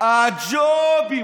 הג'ובים.